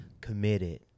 committed